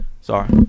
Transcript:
Sorry